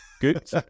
Good